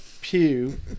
pew